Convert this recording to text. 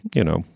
you know,